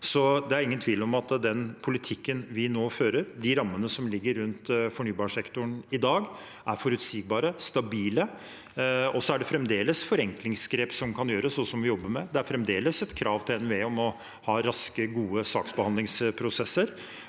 Det er ingen tvil om at det med den politikken vi nå fører, og de rammene som ligger rundt fornybarsektoren i dag, er forutsigbart og stabilt. Det er fremdeles forenklingsgrep som kan gjøres, og som vi jobber med. Det er fremdeles et krav til NVE om å ha raske, gode saksbehandlingsprosesser